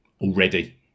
already